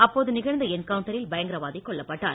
அப்போது நிகழ்ந்த என்கவ்ன்டரில் பயங்கரவாதி கொல்லப்பட்டான்